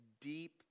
deep